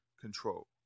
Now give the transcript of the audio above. control